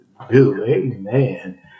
Amen